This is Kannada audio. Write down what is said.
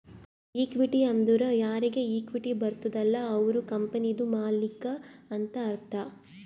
ಇಕ್ವಿಟಿ ಅಂದುರ್ ಯಾರಿಗ್ ಇಕ್ವಿಟಿ ಬರ್ತುದ ಅಲ್ಲ ಅವ್ರು ಕಂಪನಿದು ಮಾಲ್ಲಿಕ್ ಅಂತ್ ಅರ್ಥ